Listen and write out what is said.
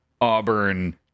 auburn